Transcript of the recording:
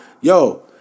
Yo